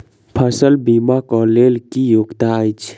फसल बीमा केँ लेल की योग्यता अछि?